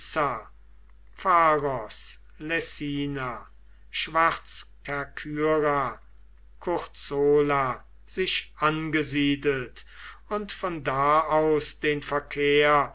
curzola sich angesiedelt und von da aus den verkehr